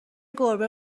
گربه